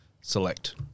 select